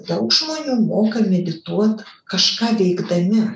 daug žmonių moka medituot kažką veikdami